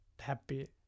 happy